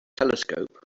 telescope